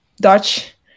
Dutch